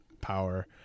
power